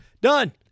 Done